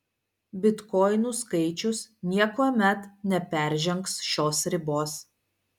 bitkoinų skaičius niekuomet neperžengs šios ribos